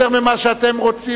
יותר ממה שאתם רוצים,